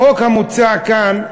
החוק המוצע כאן,